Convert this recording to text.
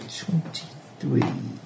twenty-three